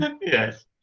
yes